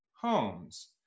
homes